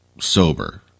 sober